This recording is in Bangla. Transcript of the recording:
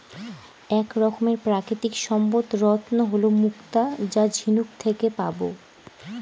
এক রকমের প্রাকৃতিক সম্পদ রত্ন হল মুক্তা যা ঝিনুক থেকে পাবো